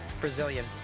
Brazilian